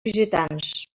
visitants